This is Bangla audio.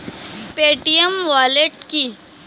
পেটিএম ওয়ালেট কি?